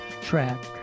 track